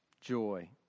joy